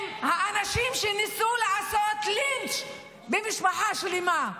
האנשים שניסו לעשות לינץ' במשפחה שלמה.